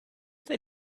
they